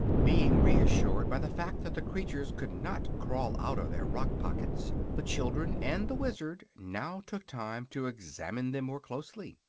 being reassured by the fact that the creatures could not crawl out of their rock-pockets, the children and the wizard now took time to examine them more closely.